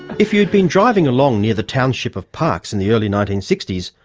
if you'd been driving along near the township of parkes in the early nineteen sixty s,